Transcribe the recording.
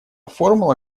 формула